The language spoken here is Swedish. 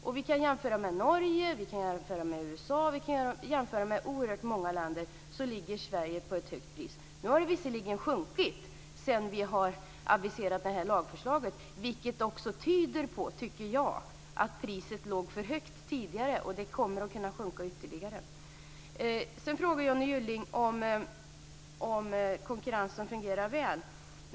Oavsett om vi jämför med Norge, med USA och med oerhört många länder så är priset högt i Sverige. Nu har det visserligen sjunkit sedan vi aviserade detta lagförslag, vilket också tyder på, tycker jag, att priset låg för högt tidigare. Och det kommer att sjunka ytterligare. Sedan frågade Johnny Gylling om konkurrensen fungerar väl.